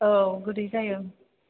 औ गोदै जायो